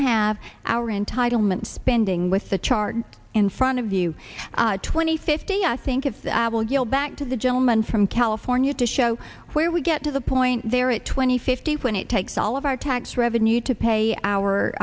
have our entitlement spending with the chart in front of you twenty fifty i think it's abigale back to the gentleman from california to show where we get to the point there at twenty fifteen when it takes all of our tax revenue to pay